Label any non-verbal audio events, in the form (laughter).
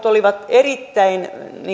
(unintelligible) olivat erittäin